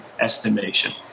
estimation